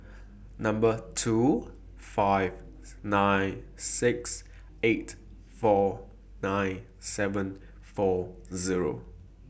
Number two five nine six eight four nine seven four Zero